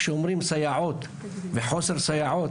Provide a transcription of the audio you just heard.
כשאומרים סייעות וחוסר בסייעות,